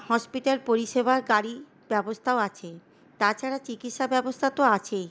hospital পরিষেবা গাড়ির ব্যবস্থাও আছে তাছাড়া চিকিৎসা ব্যবস্থা তো আছেই